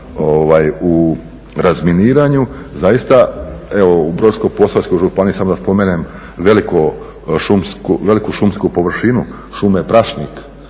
u razminiranju. Zaista evo u Brodsko-posavskoj županiji samo da spomenem veliku šumsku površinu šume prašnik.